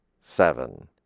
seven